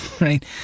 right